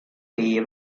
pays